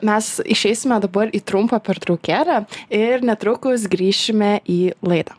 mes išeisime dabar į trumpą pertraukėlę ir netrukus grįšime į laidą